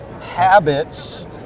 habits